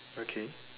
okay